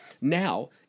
Now